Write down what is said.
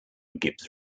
gibbs